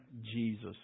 Jesus